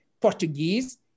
Portuguese